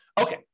Okay